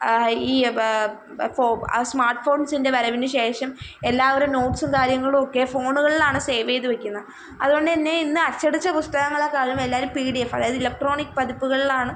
ഈ സ്മാട്ട് ഫോണ്സിന്റെ വരവിന് ശേഷം എല്ലാവരും നോട്ട്സും കാര്യങ്ങളുമൊക്കെ ഫോണുകളിലാണ് സേവ് ചെയ്തു വയ്ക്കുന്നത് അത് കൊണ്ട് തന്നെ ഇന്ന് അച്ചടിച്ച പുസ്തകങ്ങളേക്കാൾ എല്ലാവരും പി ഡി എഫ് അതായത് ഇലക്ട്രോണിക് പതിപ്പുകളിലാണ്